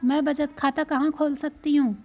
मैं बचत खाता कहां खोल सकती हूँ?